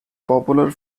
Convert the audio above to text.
popular